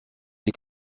est